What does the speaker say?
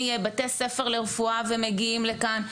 בתי ספר לרפואה בחוץ ומגיעים לכאן,